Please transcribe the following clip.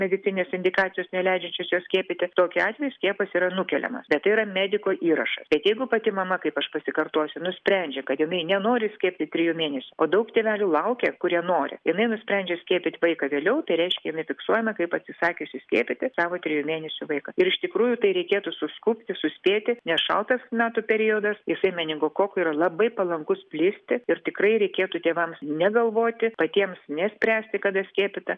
medicininės indikacijos neleidžiančios jo skiepyti tokiu atveju skiepas yra nukeliamas bet tai yra mediko įrašas bet jeigu pati mama kaip aš pasikartosiu nusprendžia kad jinai nenori skiepyt trijų mėnesių o daug tėvelių laukia kurie nori jinai nusprendžia skiepyt vaiką vėliau tai reiškia jinai fiksuojama kaip atsisakiusi skiepyti savo trijų mėnesių vaiką ir iš tikrųjų tai reikėtų suskubti suspėti nes šaltas metų periodas jisai meningokokui yra labai palankus plisti ir tikrai reikėtų tėvams negalvoti patiems nespręsti kada skiepyta